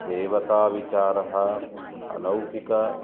देवताविचारः अलौकिक